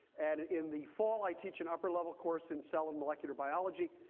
and in the fall, i teach an upper level course in cell and molecular biology.